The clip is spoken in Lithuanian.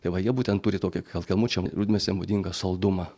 tai va jie būtent turi tokią gal kelmučiam rudmesėm būdingą saldumą